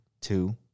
two